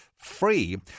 Free